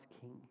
king